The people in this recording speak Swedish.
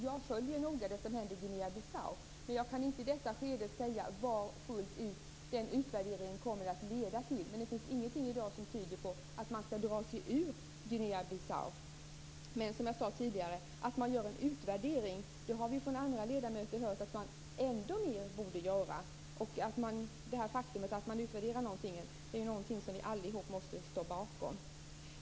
Jag följer alltså noga det som händer i Guinea Bissau, men jag kan inte i detta skede säga vad utvärderingen fullt ut kommer att leda till. Det finns dock ingenting i dag som tyder på att man skall dra sig ur Guinea Bissau. Även från andra ledamöter har vi hört att det finns ett ännu större behov av en utvärdering. Vi måste allihop stå bakom det faktum att man skall utvärdera saker och ting.